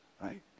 right